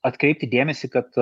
atkreipti dėmesį kad